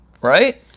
right